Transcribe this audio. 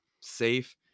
safe